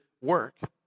work